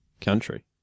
Country